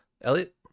Elliot